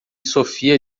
sophia